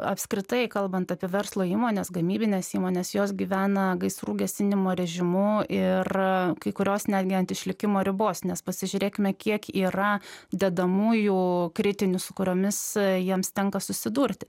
apskritai kalbant apie verslo įmones gamybines įmones jos gyvena gaisrų gesinimo režimu ir kai kurios netgi ant išlikimo ribos nes pasižiūrėkime kiek yra dedamųjų kritinių su kuriomis jiems tenka susidurti